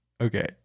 Okay